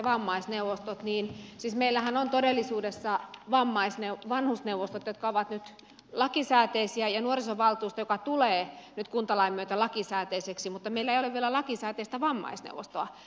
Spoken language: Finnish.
niin siis meillähän on todellisuudessa vanhusneuvostot jotka ovat nyt lakisääteisiä ja nuorisovaltuusto joka tulee nyt kuntalain myötä lakisääteiseksi mutta meillä ei ole vielä lakisää teistä vammaisneuvostoa